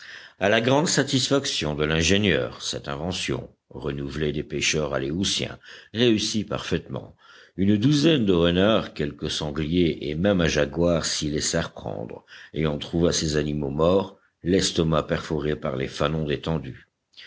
à la grande satisfaction de l'ingénieur cette invention renouvelée des pêcheurs aléoutiens réussit parfaitement une douzaine de renards quelques sangliers et même un jaguar s'y laissèrent prendre et on trouva ces animaux morts l'estomac perforé par les fanons détendus